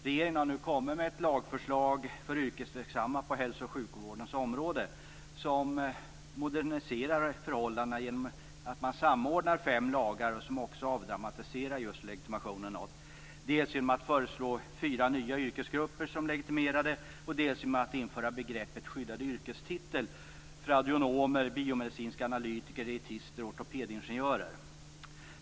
Regeringen har nu kommit med ett lagförslag för yrkesverksamma på hälso och sjukvårdens område som moderniserar förhållandena genom att man samordnar fem lagar, vilket också avdramatiserar just legitimationen något, dels genom att föreslå att fyra nya yrkesgrupper blir legitimerade, dels genom att införa begreppet skyddad yrkestitel för audionomer, biomedicinska analytiker, dietister och ortopedingenjörer.